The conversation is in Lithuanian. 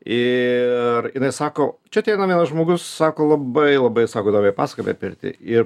ir jinai sako čia ateina vienas žmogus sako labai labai sako įdomiai pasakoja apie pirtį ir